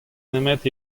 nemet